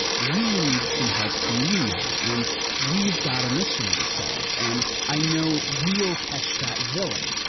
we need some help from you now, and we've got a mystery to solve, and i know we'll catch that villain.